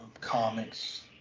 comics